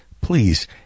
please